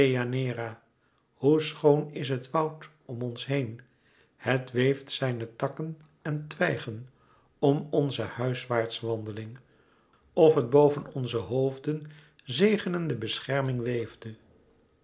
deianeira hoe schoon is het woud om ons heen het weeft zijne takken en twijgen om onze huiswaarts wandeling of het boven onze hoofden zegenende bescherming weefde